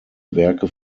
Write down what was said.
werke